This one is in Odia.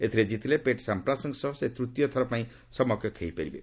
ଏଥିରେ ଜିତିଲେ ପେଟ୍ ସାମ୍ପ୍ରାସ୍ଙ୍କ ସହ ସେ ତୂତୀୟ ଥରପାଇଁ ସମକକ୍ଷ ହୋଇପାରିବେ